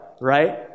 right